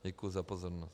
Děkuji za pozornost.